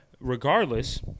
regardless